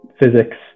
physics